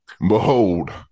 Behold